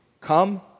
Come